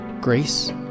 grace